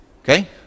Okay